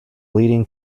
leading